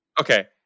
Okay